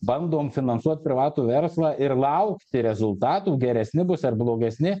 bandom finansuot privatų verslą ir laukti rezultatų geresni bus ar blogesni